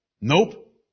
Nope